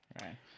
right